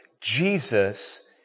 Jesus